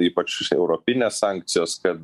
ypač europinės sankcijos kad